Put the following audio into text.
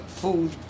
food